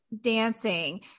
dancing